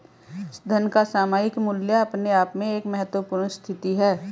धन का सामयिक मूल्य अपने आप में एक महत्वपूर्ण स्थिति है